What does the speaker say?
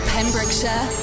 Pembrokeshire